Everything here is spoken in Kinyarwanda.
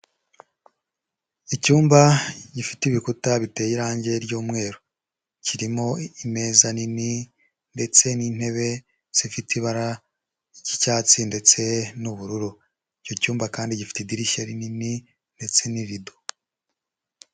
Icyumba gifite ibikuta biteye irangi ry'umweru kirimo imeza nini ndetse n'intebe zifite ibara ry'icyatsi ndetse n'ubururu, icyo cyumba kandi gifite idirishya rinini ndetse n'irido.